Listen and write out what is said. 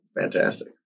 fantastic